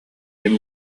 ким